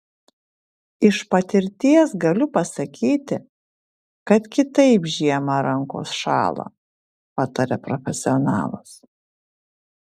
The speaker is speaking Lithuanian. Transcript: iš patirties galiu pasakyti kad kitaip žiemą rankos šąla pataria profesionalas